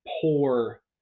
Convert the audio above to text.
poor